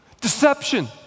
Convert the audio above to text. deception